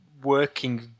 working